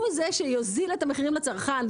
הוא זה שיוריד את המחירים לצרכן,